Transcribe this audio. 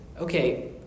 okay